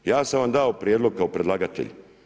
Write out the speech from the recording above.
Ja sam vam dao prijedlog kao predlagatelj.